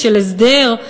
של הסדר?